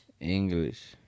english